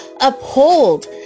uphold